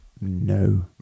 no